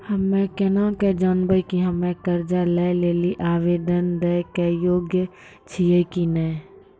हम्मे केना के जानबै कि हम्मे कर्जा लै लेली आवेदन दै के योग्य छियै कि नै?